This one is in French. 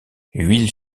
huile